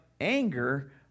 anger